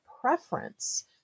preference